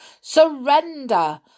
Surrender